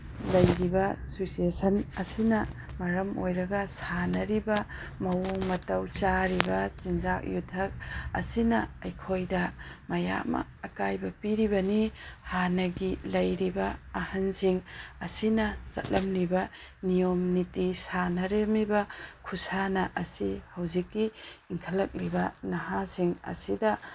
ꯂꯩꯔꯤꯕ ꯁꯨꯆꯦꯁꯟ ꯑꯁꯤꯅ ꯃꯔꯝ ꯑꯣꯏꯔꯒ ꯁꯥꯅꯔꯤꯕ ꯃꯑꯣꯡ ꯃꯇꯧ ꯆꯥꯔꯤꯕ ꯆꯤꯟꯖꯥꯛ ꯌꯨꯊꯛ ꯑꯁꯤꯅ ꯑꯩꯈꯣꯏꯗ ꯃꯌꯥꯝ ꯑꯃ ꯑꯀꯥꯏꯕ ꯄꯤꯔꯤꯕꯅꯤ ꯍꯥꯟꯅꯒꯤ ꯂꯩꯔꯤꯕ ꯑꯍꯟꯁꯤꯡ ꯑꯁꯤꯅ ꯆꯠꯂꯝꯃꯤꯕ ꯅꯤꯌꯣꯝ ꯅꯤꯇꯤ ꯁꯥꯅꯔꯝꯃꯤꯕ ꯈꯨꯁꯥꯟꯅ ꯑꯁꯤ ꯍꯧꯖꯤꯛꯀꯤ ꯏꯪꯈꯠꯂꯛꯏꯕ ꯅꯍꯥꯁꯤꯡ ꯑꯁꯤꯗ